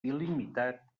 il·limitat